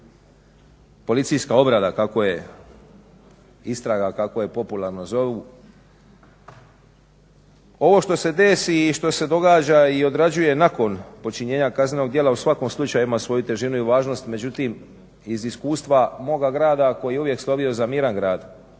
policijska obrada kako je istraga kako je popularno zovu. Ovo što se desi i što se događa i odrađuje nakon počinjenja kaznenog djela u svakom slučaju ima svoju težinu i važnost, međutim iz iskustva moga grada koji je uvijek slovio za miran grad,